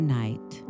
night